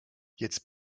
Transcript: jetzt